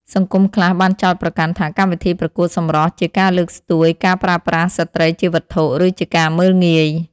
សង្គមខ្លះបានចោទប្រកាន់ថាកម្មវិធីប្រកួតសម្រស់ជាការលើកស្ទួយការប្រើប្រាស់ស្រ្តីជាវត្ថុ ឬជាការមើលងាយ។